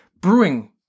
Brewing